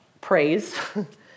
praise